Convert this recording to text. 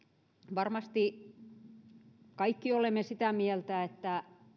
varmasti me kaikki olemme sitä mieltä että